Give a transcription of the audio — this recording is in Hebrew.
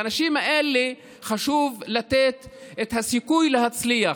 לאנשים האלה חשוב לתת את הסיכוי להצליח.